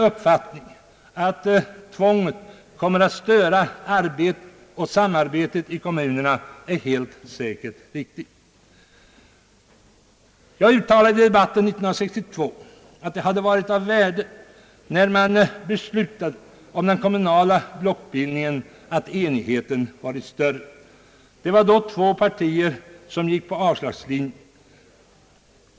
Uppfattningen att tvånget kommer att störa arbetet och samarbetet i kommunerna är alldeles säkert riktig. Jag uttalade i debatten 1962 att det hade varit av värde, att enigheten varit större när man beslutade om den kommunala blockbildningen. Det var då två partier som gick på avslagslinjen.